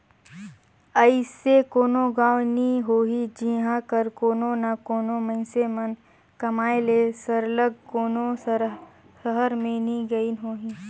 अइसे कोनो गाँव नी होही जिहां कर कोनो ना कोनो मइनसे मन कमाए ले सरलग कोनो सहर में नी गइन होहीं